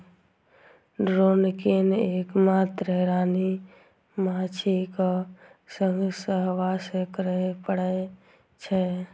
drone कें एक मात्र रानी माछीक संग सहवास करै पड़ै छै